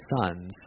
sons